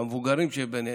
המבוגרים שבינינו.